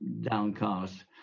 downcast